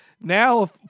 Now